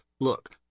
Look